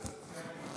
זה סוציאלי.